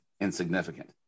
insignificant